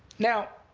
now,